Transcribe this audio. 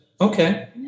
Okay